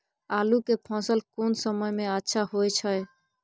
आलू के फसल कोन समय में अच्छा होय छै?